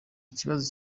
kibazo